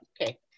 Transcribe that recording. okay